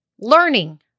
learning